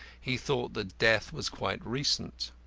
he thought that death was quite recent.